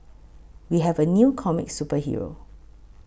we have a new comic superhero